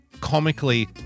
comically